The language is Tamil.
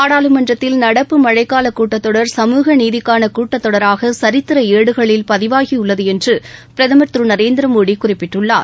நாடாளுமன்றத்தில் நடப்பு மழைக்கால கூட்டத்தொடர் சமூக நீதிக்கான கூட்டத்தொடராக சரித்திர ஏடுகளில் பதிவாகியுள்ளது என்று பிரதமர் திரு நரேந்திர மோடி குறிப்பிட்டுள்ளார்